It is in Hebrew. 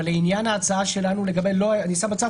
אבל לעניין ההצעה שלנו אני שם בצד